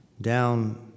down